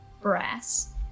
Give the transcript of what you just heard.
brass